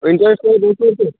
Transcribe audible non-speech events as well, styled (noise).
interest কোন (unintelligible)